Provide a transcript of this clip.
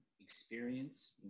experience